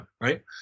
right